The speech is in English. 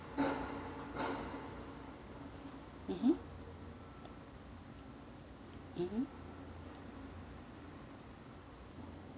mmhmm mmhmm